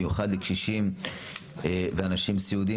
במיוחד קשישים ואנשים סיעודיים,